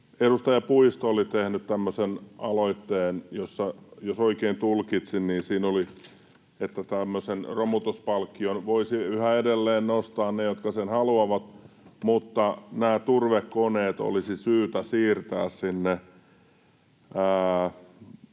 Edustaja Puisto on tehnyt tämmöisen aloitteen, jos oikein tulkitsen, että tämmöisen romutuspalkkion voisivat yhä edelleen nostaa ne, jotka sen haluavat, mutta nämä turvekoneet olisi syytä siirtää sinne